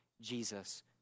Jesus